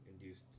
induced